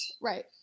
Right